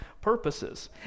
purposes